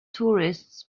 tourists